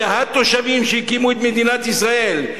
אלה התושבים שהקימו את מדינת ישראל.